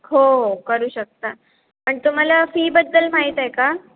हो करू शकता पण तुम्हाला फीबद्दल माहीत आहे का